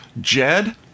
Jed